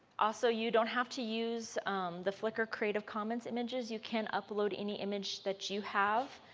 also you don't have to use the flickr creative commons images. you can upload any image that you have,